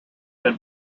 been